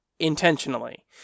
intentionally